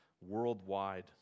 worldwide